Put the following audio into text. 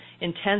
intense